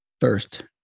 first